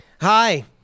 hi